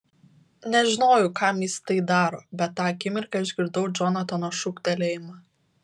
nežinojau kam jis tai daro bet tą akimirką išgirdau džonatano šūktelėjimą